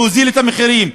להוזיל את המחירים,